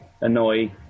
annoy